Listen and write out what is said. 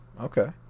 okay